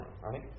right